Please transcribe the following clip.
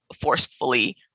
forcefully